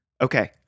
Okay